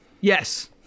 yes